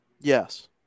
Yes